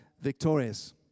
victorious